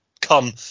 come